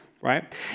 right